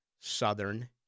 Southern